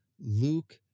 Luke